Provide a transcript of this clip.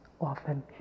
often